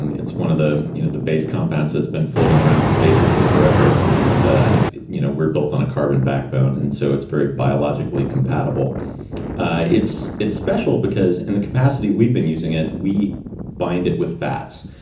and it's one of the you know the base compounds that's been floating around basically forever. and ah you know we're built on a carbon backbone, and so it's very biologically compatible it's it's special because, in the capacity we've been using it, we bind it with fats,